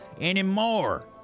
Anymore